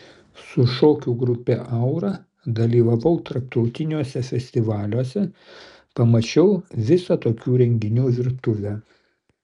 su šokių grupe aura dalyvavau tarptautiniuose festivaliuose pamačiau visą tokių renginių virtuvę